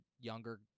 younger